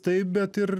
taip bet ir